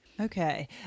Okay